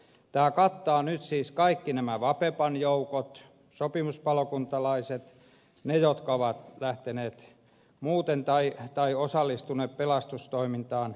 tämä kattaa nyt siis kaikki nämä vapepan joukot sopimuspalokuntalaiset ja ne jotka ovat lähteneet muuten tai osallistuneet pelastustoimintaan